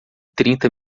trinta